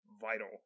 Vital